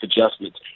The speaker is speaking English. adjustments